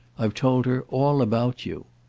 i've told her all about you.